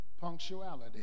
punctuality